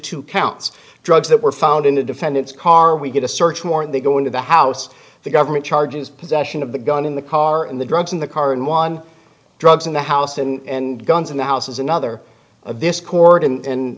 two counts drugs that were found in the defendant's car we get a search warrant they go into the house the government charges possession of the gun in the car and the drugs in the car and one drugs in the house in guns in the house is another of this chord in an